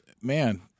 man